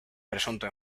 presunto